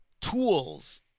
tools